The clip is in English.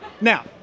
Now